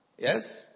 Yes